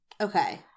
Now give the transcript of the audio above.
Okay